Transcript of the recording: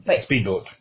Speedboat